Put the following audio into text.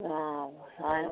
ആ സാധനം